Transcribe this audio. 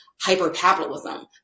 hyper-capitalism